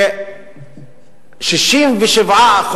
ש-67%